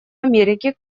америки